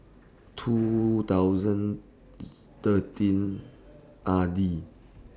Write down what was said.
two thousand thirteen R D